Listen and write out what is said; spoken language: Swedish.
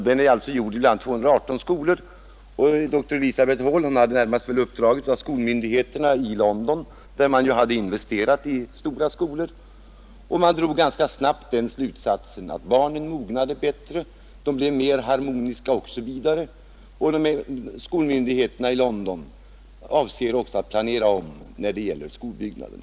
Den är gjord bland 218 skolor, och dr Elizabeth Hall hade väl närmast uppdraget av skolmyndigheterna i London, där man investerat i stora skolor. Man drog ganska snabbt den slutsatsen att barnen mognade bättre i små skolor, de blev mer harmoniska osv., och skolmyndigheterna i London avser också att planera om när det gäller skolbyggnaderna.